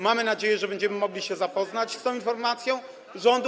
Mamy nadzieję, że będziemy mogli się zapoznać z tą informacją rządu.